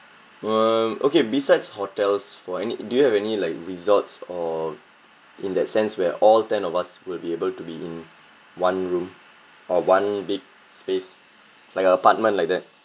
um okay besides hotels or any do you have any like resorts or in that sense where all ten of us will be able to be in one room or one big space like a apartment like that